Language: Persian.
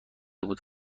بود